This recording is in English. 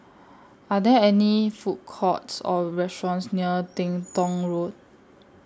Are There any Food Courts Or restaurants near Teng Tong Road